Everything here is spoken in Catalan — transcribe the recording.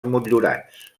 motllurats